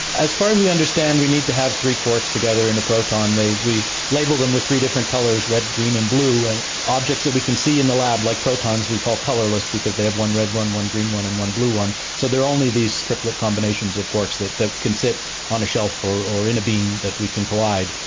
as far as we understand we need to have three quarks together in a proton. we label these with three different colours, red, green and blue, and objects that we can see in the lab, like protons, we call colourless because they have one red one, one green one and one blue one. so there are only these triplet combinations of quarks that can sit on a shelf or or in a beam that we can collide.